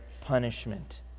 punishment